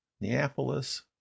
Neapolis